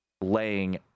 laying